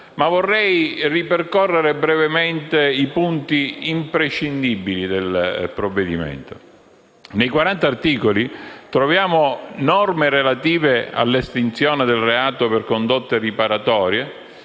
ma vorrei ripercorrere brevemente i punti imprescindibili del provvedimento. Nei 40 articoli troviamo norme relative all'estinzione del reato per condotte riparatorie,